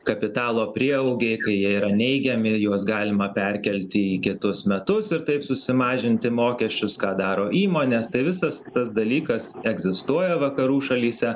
kapitalo prieaugiai kai jie yra neigiami juos galima perkelti į kitus metus ir taip susimažinti mokesčius ką daro įmonės tai visas tas dalykas egzistuoja vakarų šalyse